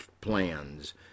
plans